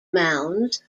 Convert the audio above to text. mounds